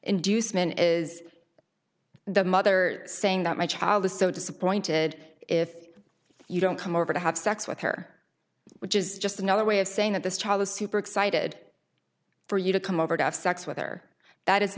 inducement is the mother saying that my child is so disappointed if you don't come over to have sex with her which is just another way of saying that this child is super excited for you to come over to have sex with her that is